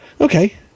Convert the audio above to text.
Okay